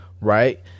right